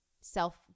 self